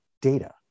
data